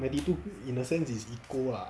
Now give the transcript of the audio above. ninety two in a sense is eco ah